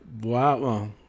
Wow